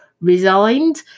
resigned